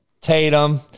Tatum